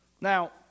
Now